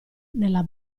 nella